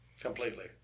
Completely